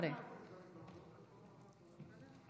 חבריי חברי הכנסת,